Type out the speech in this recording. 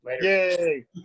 Yay